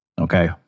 Okay